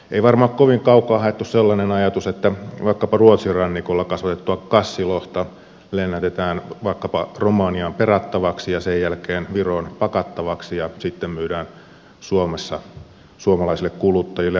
ei varmaan ole kovin kaukaa haettu sellainen ajatus että vaikkapa ruotsin rannikolla kasvatettua kassilohta lennätetään vaikkapa romaniaan perattavaksi ja sen jälkeen viroon pakattavaksi ja sitten myydään suomessa suomalaisille kuluttajille